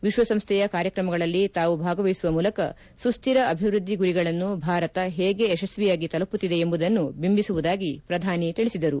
ವಿಶ್ವಸಂಸ್ವೆಯ ಕಾರ್ಯಕ್ರಮಗಳಲ್ಲಿ ತಾವು ಭಾಗವಹಿಸುವ ಮೂಲಕ ಸುಸ್ಕಿರ ಅಭಿವೃದ್ದಿ ಗುರಿಗಳನ್ನು ಭಾರತ ಹೇಗೆ ಯಶಸ್ವಿಯಾಗಿ ತಲುಪುತ್ತಿದೆ ಎಂಬುದನ್ನು ಬಿಂಬಿಸುವುದಾಗಿ ಪ್ರಧಾನಿ ತಿಳಿಸಿದರು